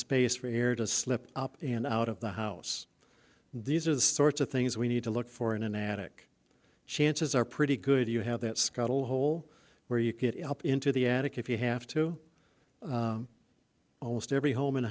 space for air to slip up and out of the house and these are the sorts of things we need to look for in an attic chances are pretty good you have that scuttle hole where you get up into the attic if you have to almost every home in